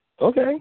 Okay